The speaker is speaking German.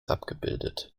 abgebildet